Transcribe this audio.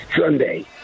Sunday